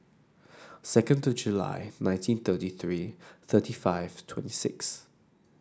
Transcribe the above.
second to July nineteen thirty three thirty five twenty six